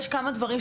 יש כמה דברים,